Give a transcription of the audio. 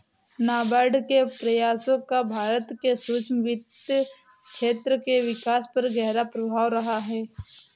नाबार्ड के प्रयासों का भारत के सूक्ष्म वित्त क्षेत्र के विकास पर गहरा प्रभाव रहा है